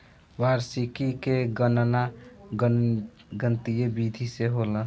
वार्षिकी के गणना गणितीय विधि से होला